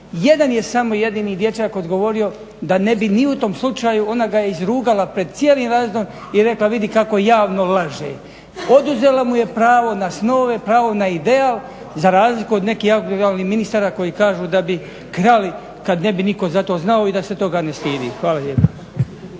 jedan je samo jedini dječak odgovorio da ne bi ni u tom slučaju, ona ga je izrugala pred cijelim razredom i rekla vidi kako javno laže. Oduzela mu je pravo na snove, pravo na ideal za razliku od nekih …/Govornik se ne razumije./… koji kažu da bi krali kada ne bi nitko znao i da se toga ne stidi. Hvala lijepa.